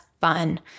fun